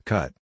Cut